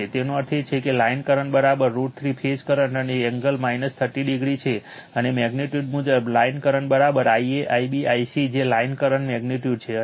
તેનો અર્થ એ છે કે લાઇન કરંટ √ 3 ફેઝ કરંટ અને એંગલ 30o છે અને મેગ્નિટ્યુડ મુજબ line current Ia Ib Ic જે લાઇન કરંટ મેગ્નિટ્યુડ છે